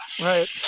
Right